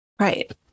right